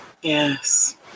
yes